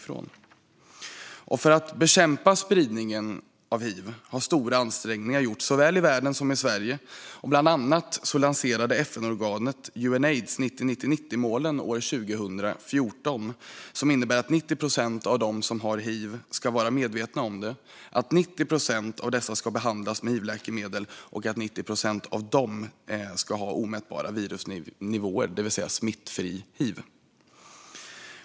För att bekämpa spridningen av hiv har stora ansträngningar gjorts såväl i världen som i Sverige. Bland annat lanserade FN-organet Unaids 90-90-90-målen år 2014. De innebär att 90 procent av dem som har hiv ska vara medvetna om det, att 90 procent av dessa ska behandlas med hivläkemedel och att 90 procent av dem ska ha omätbara virusnivåer, det vill säga smittfri hiv.